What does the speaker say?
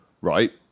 Right